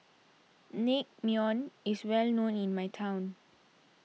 Naengmyeon is well known in my hometown